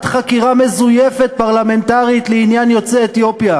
חקירה מזויפת פרלמנטרית לעניין יוצאי אתיופיה,